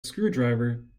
screwdriver